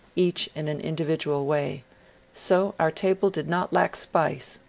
each in an individ ual way so our table did not lack spice.